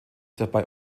dabei